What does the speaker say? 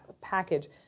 package